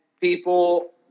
people